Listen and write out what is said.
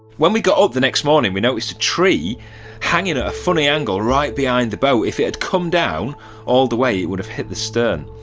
when we got up the next morning, we noticed a tree hanging at ah a funny angle right behind the boat. if it had come down all the way it would have hit the stern.